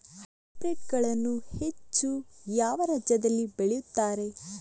Hybrid ಗಳನ್ನು ಹೆಚ್ಚು ಯಾವ ರಾಜ್ಯದಲ್ಲಿ ಬೆಳೆಯುತ್ತಾರೆ?